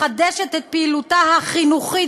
מחדשת את פעילותה ה"חינוכית",